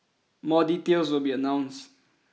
more details will be announced